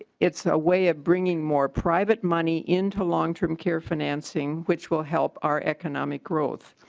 ah it's a way of bringing more private money into long-term care financing which will help our economic growth.